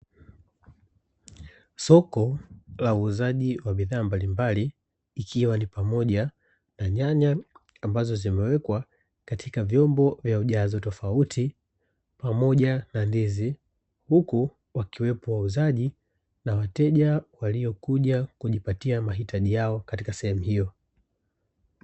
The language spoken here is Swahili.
Soko la uuzaji wa bidhaa mbalimbali ikiwa ni pamoja na nyanya ambazo zimewekwa katika vyombo vya ujazo tofauti, pamoja na ndizi huku wakiwepo wauzaji na wateja waliokuja kujipatia mahitaji yao, katika sehemu hiyo.